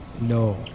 No